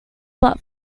but